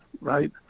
right